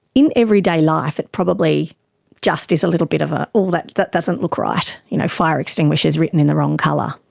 in everyday life it probably just is a little bit of a oh, that that doesn't look right you know, fire extinguisher is written in the wrong colour,